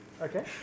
Okay